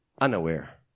unaware